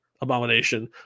abomination